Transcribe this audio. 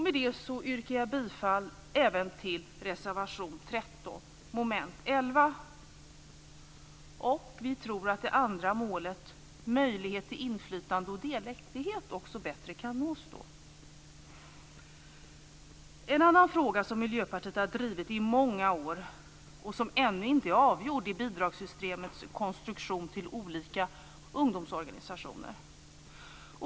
Med det yrkar jag bifall även till reservation 13 under mom. 11. Vi tror att det andra målet, att ungdomar ska ha möjlighet till inflytande och delaktighet, bättre kan nås då. En annan fråga som Miljöpartiet har drivit i många år och som ännu inte är avgjord handlar om konstruktionen av systemet för bidrag till olika ungdomsorganisationer.